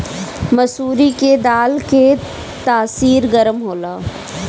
मसूरी के दाल के तासीर गरम होला